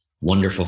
wonderful